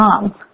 mom